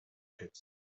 pits